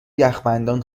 یخبندان